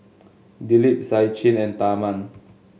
Dilip Sachin and Tharman